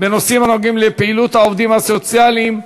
בנושאים הנוגעים לפעילות העובדים הסוציאליים,